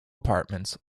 apartments